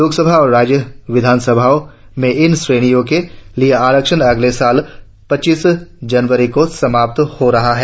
लोकसभा और राज्य विधान सभाओं में इन श्रेणियों के लिए आरक्षण अगले साल पच्चीस जनवरी को समाप्त हो रहा है